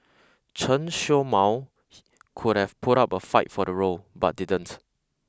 Chen Show Mao could have put up a fight for the role but didn't